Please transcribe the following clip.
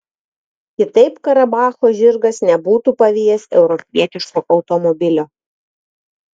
kitaip karabacho žirgas nebūtų pavijęs europietiško automobilio